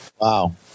Wow